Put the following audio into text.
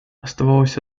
оставалась